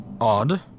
Odd